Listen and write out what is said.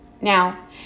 Now